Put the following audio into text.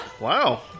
Wow